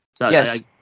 Yes